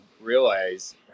realize